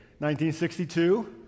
1962